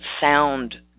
sound